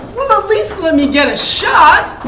least let me get a shot!